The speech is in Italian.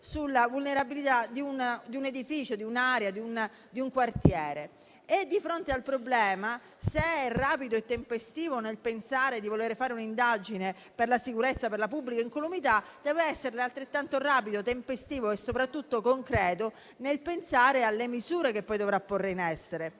della vulnerabilità di un edificio, di un'area, di un quartiere e di fronte ad esso, se è rapido e tempestivo nel pensare di volere fare un'indagine per la sicurezza per la pubblica incolumità, deve essere altrettanto rapido, tempestivo e soprattutto concreto nel pensare alle misure che poi dovrà porre in essere.